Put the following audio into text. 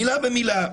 מילה במילה,